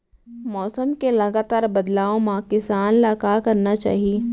मौसम के लगातार बदलाव मा किसान ला का करना चाही?